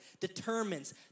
determines